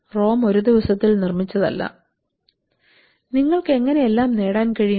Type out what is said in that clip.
Rome ഒരു ദിവസത്തിൽ നിർമിച്ചതല്ല നിങ്ങൾക്ക് എങ്ങനെ എല്ലാം നേടാൻ കഴിയും